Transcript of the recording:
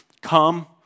come